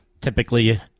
Typically